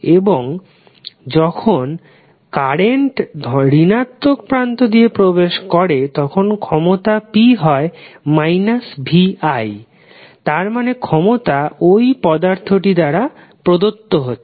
এবং যখন কারেন্ট ঋণাত্মক প্রান্ত দিয়ে প্রবেশ করে তখন ক্ষমতা p হয় vi তার মানে ক্ষমতা ওই পদার্থটি দ্বারা প্রদত্ত হচ্ছে